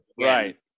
Right